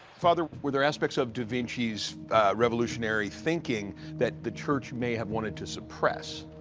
father, were there aspects of da vinci's revolutionary thinking that the church may have wanted to suppress?